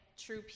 true